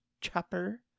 chopper